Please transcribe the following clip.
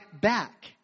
back